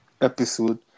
episode